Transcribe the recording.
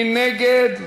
מי נגד?